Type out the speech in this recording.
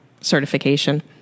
certification